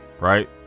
right